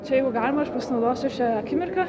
čia jeigu galima aš pasinaudosiu šia akimirka